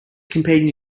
competing